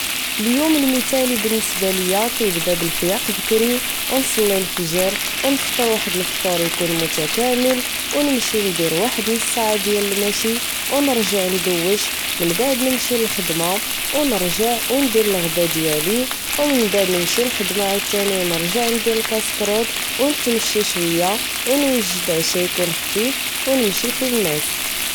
اليوم المتالي بالنسبة ليا كيبدا بالفياق بكري أونصلي الفجر أو نفطر واحد الفطور إيكون متكامل أو نمشي ندير واحد نص ساعة ديال المشي أو نرجع ندوش من بعد نمشي الخدمة أنرجع أندير الغدا ديالي أمنبعد نمشي الخدمة عوتاني أنرجع ندير كسكروت أو نتمشى شوية أو نوجد عشا إيكون خفيف أو نمشي فين نعس